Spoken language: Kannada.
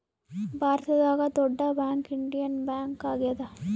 ಭಾರತದಾಗ ದೊಡ್ಡ ಬ್ಯಾಂಕ್ ಇಂಡಿಯನ್ ಬ್ಯಾಂಕ್ ಆಗ್ಯಾದ